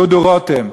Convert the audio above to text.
דודו רותם.